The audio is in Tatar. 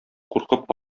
куркып